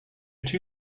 two